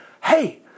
Hey